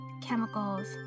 chemicals